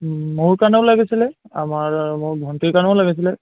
মোৰ কাৰণেও লাগিছিলে আমাৰ মোৰ ভণ্টিৰ কাৰণেও লাগিছিলে